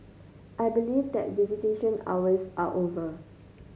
I believe that visitation hours are over